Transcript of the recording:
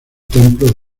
templo